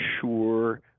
sure